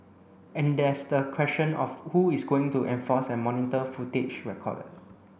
and there's the question of who is going to enforce and monitor footage recorded